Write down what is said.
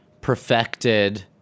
perfected